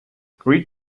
greet